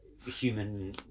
Human